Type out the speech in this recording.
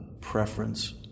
preference